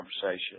conversation